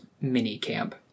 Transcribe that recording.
mini-camp